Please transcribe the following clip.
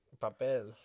Papel